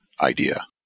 idea